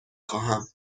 خواهم